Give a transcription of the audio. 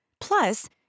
Plus